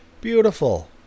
Beautiful